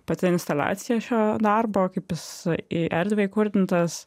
pati instaliacija šio darbo kaip jis į erdvę įkurdintas